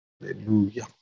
Hallelujah